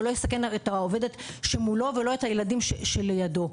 את העובדת שמולו או את הילדים שלידו.